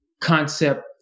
concept